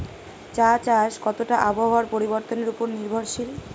চা চাষ কতটা আবহাওয়ার পরিবর্তন উপর নির্ভরশীল?